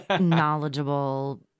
knowledgeable